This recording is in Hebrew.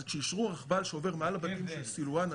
אז כשאישרו רכבל שעובר מעל הבתים של סילואן,